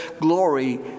glory